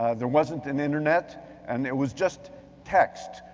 there wasn't an internet and it was just text.